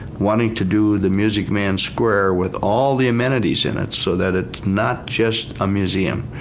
wanting to do the music man square with all the amenities in it so that it's not just a museum.